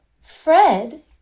Fred